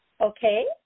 Okay